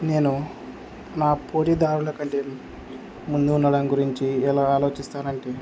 నేను నా పోటీదారులకంటే ముందుండడం గురించి ఎలా ఆలోచిస్తానంటే